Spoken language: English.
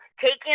taking